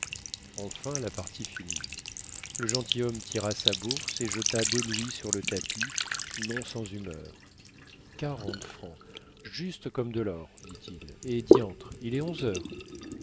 enfin la partie finit le gentilhomme tira sa bourse et jetant deux louis sur le tapis non sans humeur quarante francs juste comme de l'or dit-il et diantre il est onze heures